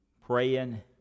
praying